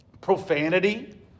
profanity